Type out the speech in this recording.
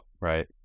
right